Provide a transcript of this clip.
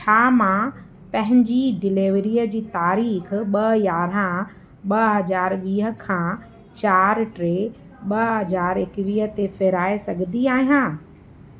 छा मां पंहिंजी डिलेवरीअ जी तारीख़ु ॿ यारिहां ॿ हज़ार वीह खां चार टे ॿ हज़ार एकिवीह ते फ़िराए सघंदी आहियां